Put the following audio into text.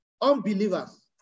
Unbelievers